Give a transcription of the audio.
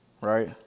right